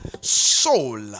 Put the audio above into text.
soul